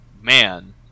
man